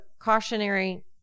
cautionary